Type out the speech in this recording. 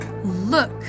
Look